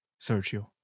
Sergio